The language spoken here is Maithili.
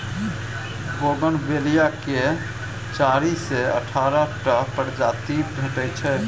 बोगनबेलिया केर चारि सँ अठारह टा प्रजाति भेटै छै